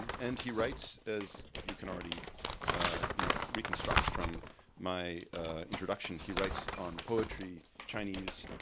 and he writes, as you can already you know reconstruct from my introduction, he writes on poetry chinese,